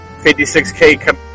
56K